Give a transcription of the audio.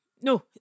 No